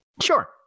Sure